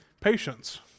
patience